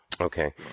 Okay